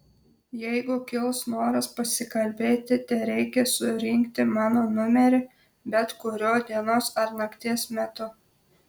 jeigu kils noras pasikalbėti tereikia surinkti mano numerį bet kuriuo dienos ar nakties metu